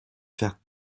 faire